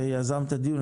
שיזם את הדיון,